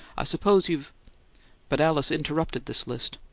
i suppose you've but alice interrupted this list.